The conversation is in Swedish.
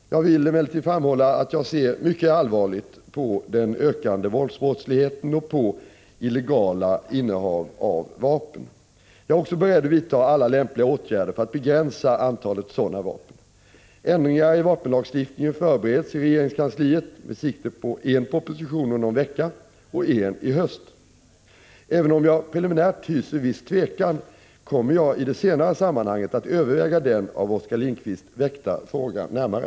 Jag vill emellertid framhålla att jag ser mycket allvarligt på den ökade våldsbrottsligheten och på illegala innehav av vapen. Jag är också beredd att vidta alla lämpliga åtgärder för att begränsa antalet sådana vapen. Ändringar i vapenlagstiftningen förbereds i regeringskansliet, med sikte på en proposition om någon vecka och en i höst. Även om jag preliminärt hyser viss tvekan, kommer jag i det senare sammanhanget att överväga den av Oskar Lindkvist väckta frågan närmare.